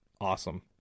awesome